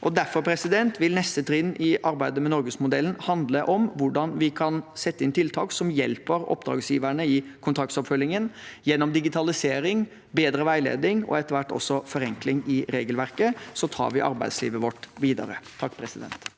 Derfor vil neste trinn i arbeidet med norgesmodellen handle om hvordan vi kan sette inn tiltak som hjelper oppdragsgiverne i kontraktsoppfølgingen. Gjennom digitalisering, bedre veiledning og etter hvert også forenkling i regelverket tar vi arbeidslivet vårt videre. Nils T.